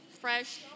fresh